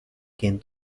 quien